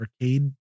Arcade